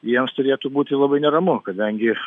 jiems turėtų būti labai neramu kadangi iš